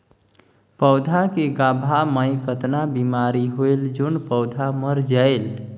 पौधा के गाभा मै कतना बिमारी होयल जोन पौधा मर जायेल?